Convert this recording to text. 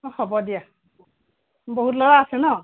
অঁ হ'ব দিয়া বহুত ল'ৰা আছে ন